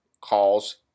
calls